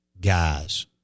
guys